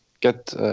get